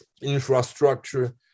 infrastructure